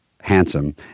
handsome